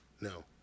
No